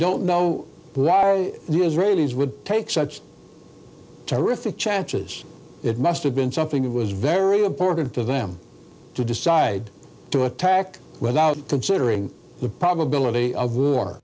don't know you israelis would take such to risk the chances it must have been something that was very important to them to decide to attack without considering the probability of war